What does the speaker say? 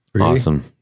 Awesome